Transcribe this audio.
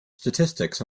statistics